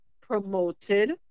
promoted